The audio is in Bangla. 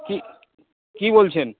কি কি বলছেন